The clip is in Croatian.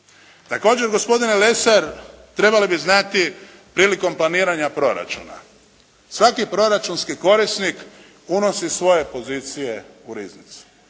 Također gospodine Lesar trebali bi znati prilikom planiranja proračuna svaki proračunski korisnik unosi svoje pozicije u riznicu